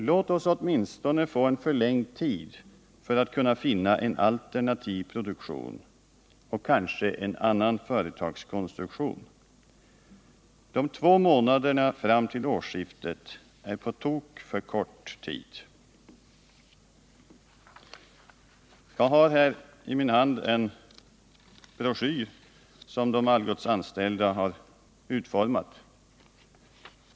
Låt oss åtminstone få en förlängd tid för att kunna finna en alternativ produktion och kanske en annan företagskonstruktion! De två månaderna fram till årsskiftet är på tok för kort tid. Jag har här i min hand en broschyr som de Algotsanställda har utformat.